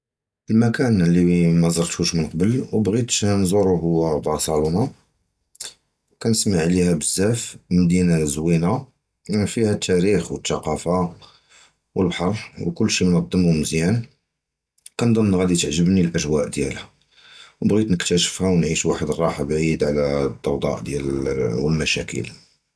אֶל-מָקָּאן לִיּ מַזִּירְתוּשׁוּ מִן קָבָּל וְבְּחַאיט נִזּוּרוֹ הִיָּא בַּרְסֶּלּוֹנָה, כַּנִּסְמַע עַלֵּיהָּ בְּזַבַּא, מָדִינָה זְווִינָה, פִיהָ תַּארִיך וְתַּקַּאפָה, וְאֶל-בַּחְר, וְכֻּלְּשִי מֻנַזָּּם וּמֻזְיָאן. כַּנִּצְנָּא כַּיַּעְגְּבּנִי אֶל-אַגּוּא דִיָּאלְהָ, בְּחַאיט נִגְרַבּּוּהָ וְנִעִישּׁוּ וָחַד אֶל-רַחָּה בְּעִיד עַל דַּזִּ'יָּאג וְאֶל-מֻשְׁקִילָات.